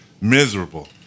miserable